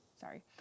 Sorry